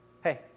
hey